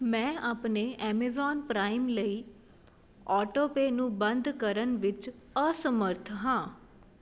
ਮੈਂ ਆਪਣੇ Amazon Prime ਲਈ ਆਟੋਪੇਅ ਨੂੰ ਬੰਦ ਕਰਨ ਵਿੱਚ ਅਸਮਰੱਥ ਹਾਂ